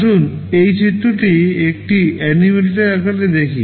আসুন এই চিত্রটি একটি অ্যানিমেটেড আকারে দেখি